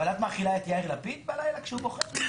אבל את מאכילה את יאיר לפיד בלילה כשהוא בוכה?